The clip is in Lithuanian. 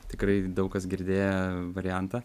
tikrai daug kas girdėjo variantą